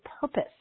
purpose